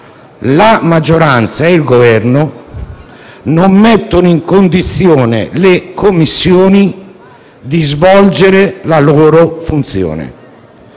la maggioranza e il Governo non mettono in condizione le Commissioni di svolgere la loro funzione.